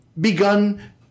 begun